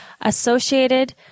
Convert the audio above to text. associated